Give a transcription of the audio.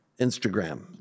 Instagram